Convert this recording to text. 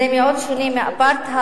זה מאוד שונה מאפרטהייד